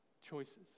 choices